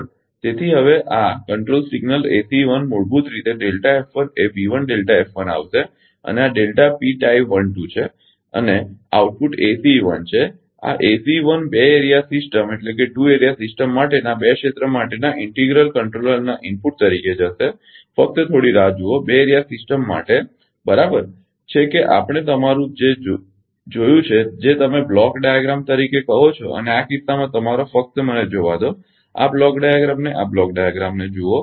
તેથી હવે આ નિયંત્રણ સિગ્નલ એસીઇ 1 મૂળભૂત રીતે પછી એઆવશે અને આ છે અને આઉટપુટ એસીઇ 1 છે આ એસીઇ 1 બે એરિયા સિસ્ટમ માટેના બે ક્ષેત્ર માટેના ઇન્ટિગલ કંટ્રોલરના ઇનપુટ તરીકે જશે ફક્ત થોડી રાહ જુઓ બે એરિયા સિસ્ટમ માટે બરાબર છે કે આપણે તમારુ તે જોયું છે જે તમે બ્લોક ડાયાગ્રામ તરીકે કહો છો અને આ કિસ્સામાં તમારો ફક્ત મને જોવા દો આ બ્લોક ડાયાગ્રામને આ બ્લોક ડાયાગ્રામ જુઓ